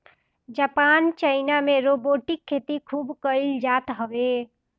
Japan China में robotic खेती खूब कईल जात हवे